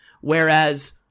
Whereas